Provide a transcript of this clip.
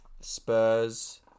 Spurs